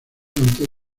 antes